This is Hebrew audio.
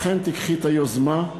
אכן תיקחי את היוזמה,